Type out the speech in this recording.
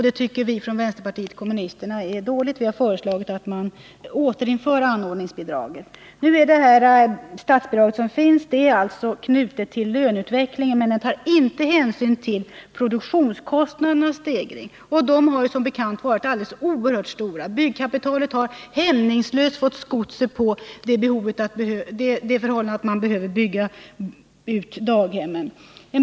Det tycker vi från vänsterpartiet kommunisterna är dåligt, och vi har föreslagit att man återinför anordningsbidraget. Det statsbidrag som finns är knutet till löneutvecklingen, men det tar inte hänsyn till produktionskostnadernas stegring, och den stegringen har som bekant varit oerhört stor. Byggkapitalet har hämningslöst fått sko sig på det förhållandet att man behöver bygga ut daghemmen.